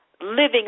living